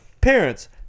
parents